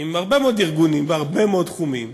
הוא הרבה מאוד ארגונים: בהרבה מאוד תחומים,